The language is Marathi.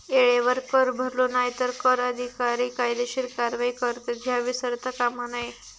येळेवर कर भरलो नाय तर कर अधिकारी कायदेशीर कारवाई करतत, ह्या विसरता कामा नये